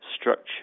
structure